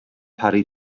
parry